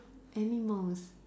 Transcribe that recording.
animals